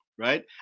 right